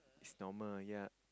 it's normal yea